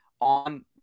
on